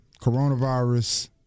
coronavirus